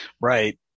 Right